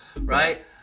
right